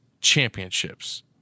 championships